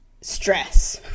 stress